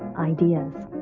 ideas.